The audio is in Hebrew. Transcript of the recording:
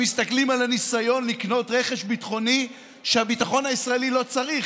הם מסתכלים על הניסיון לקנות רכש ביטחוני שהביטחון הישראלי לא צריך,